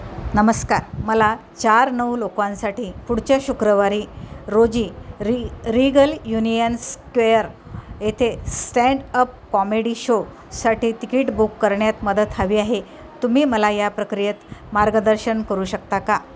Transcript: नमस्कार मला चार नऊ लोकांसाठी पुढच्या शुक्रवारी रोजी री रीगल युनियन स्क्वेअर येथे स्टँड अप कॉमेडी शोसाठी तिकीट बुक करण्यात मदत हवी आहे तुम्ही मला या प्रक्रियेत मार्गदर्शन करू शकता का